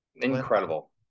incredible